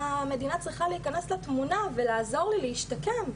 המדינה צריכה להיכנס לתמונה ולעזור לי להשתקם,